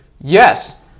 yes